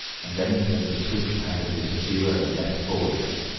and then he heard the swift pad of his pursuer, and leapt forward again.